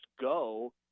go